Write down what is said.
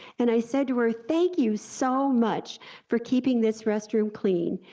and i said to her thank you so much for keeping this restroom clean,